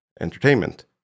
entertainment